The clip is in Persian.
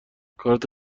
کارت